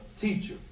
teacher